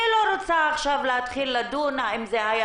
אני לא רוצה עכשיו להתחיל לדון האם זה היה